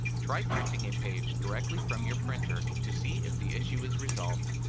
try printing a page directly from your printer to see if the issue is resolved.